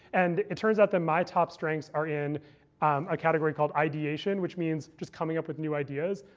and it turns out that my top strengths are in a category called ideation, which means just coming up with new ideas.